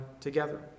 together